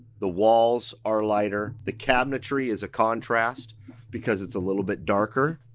the walls are lighter, the cabinetry is a contrast because it's a little bit darker,